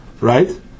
right